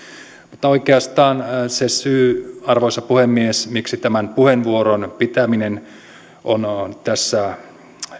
mutta oikeastaan se syy arvoisa puhemies miksi tämän puheenvuoron pitäminen on on tässä